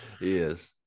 Yes